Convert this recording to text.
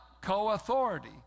co-authority